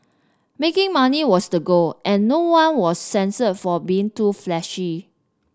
making money was the goal and no one was censured for being too flashy